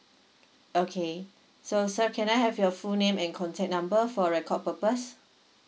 okay so sir can I have your full name and contact number for record purpose